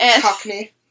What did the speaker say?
Cockney